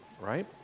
right